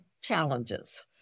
challenges